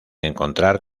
encontrar